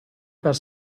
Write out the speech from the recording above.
per